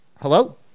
Hello